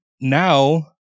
now